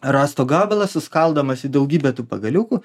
rąsto gabalas suskaldomas į daugybę tų pagaliukų